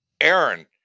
Aaron